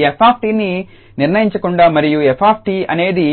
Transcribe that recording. ఈ f𝑡ని నిర్ణయించకుండా మరియు 𝑓𝑡 అనేది